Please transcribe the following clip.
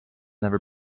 never